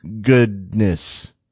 goodness